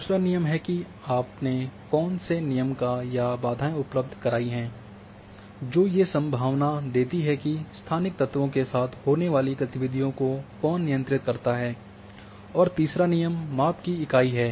दूसरा नियम है की आपने कौन से नियम या बाधाएं उपलब्ध कराई हैं जो ये सम्भावना देती है कि स्थानिक तत्वों के साथ होने वाली गतिविधियों को कौन नियंत्रित करता है और तीसरा नियम माप की इकाई है